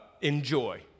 enjoy